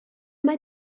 mae